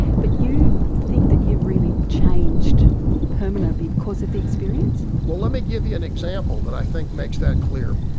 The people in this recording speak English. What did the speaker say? but you think that you've really changed permanently because of the experience? well, let me give you an example that i think makes that clear.